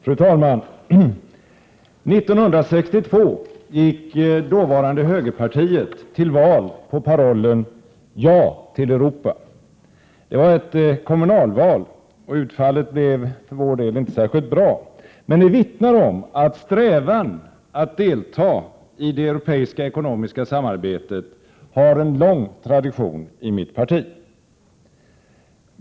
Fru talman! 1962 gick dåvarande högerpartiet till val på parollen ”Ja till 4 maj 1988 Europa!” Det var ett kommunalval, och utfallet blev för vår del inte särskilt bra. Men det vittnar om att strävan att delta i det europeiska ekonomiska samarbetet har en lång tradition i mitt parti.